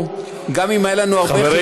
שגם אם היו לנו הרבה חילוקי דעות,